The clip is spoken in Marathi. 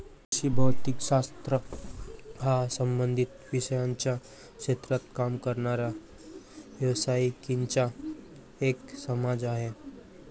कृषी भौतिक शास्त्र हा संबंधित विषयांच्या क्षेत्रात काम करणाऱ्या व्यावसायिकांचा एक समाज आहे